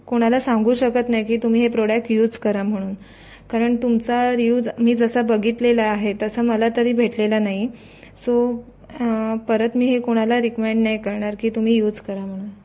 कोणाला सांगू शकत नाही की तुम्ही हे प्रोडक युज करा म्हणून कारण तुमचा रियुज मी जसा बघितलेला आहे तसा मला तरी भेटलेला नाही सो परत मी हे कोणाला रिकमेण्ड नाही करणार की तुम्ही युज करा म्हणून